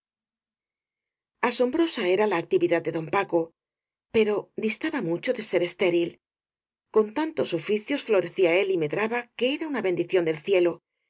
asombrosa era la actividad de don paco pero distaba mucho de ser estéril con tantos oficios florecía él y medraba que era una bendición del cielo